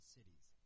Cities